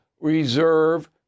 reserve